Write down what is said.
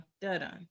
da-da